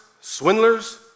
swindlers